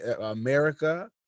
America